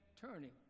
turning